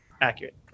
Accurate